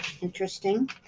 Interesting